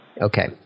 Okay